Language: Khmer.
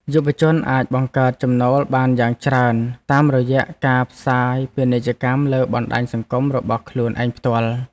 យុវជនអាចបង្កើតចំណូលបានយ៉ាងច្រើនតាមរយៈការផ្សាយពាណិជ្ជកម្មលើបណ្តាញសង្គមរបស់ខ្លួនឯងផ្ទាល់។